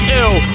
ill